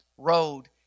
road